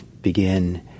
begin